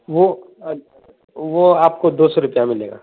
وہ وہ آپ کو دو سو روپیہ ملے گا